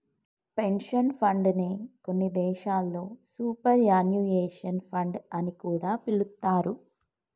pension fund నే కొన్ని దేశాల్లో సూపర్ యాన్యుయేషన్ ఫండ్ అని కూడా పిలుత్తారు